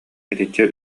итиччэ